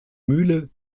mühle